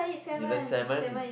you like salmon